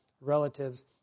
relatives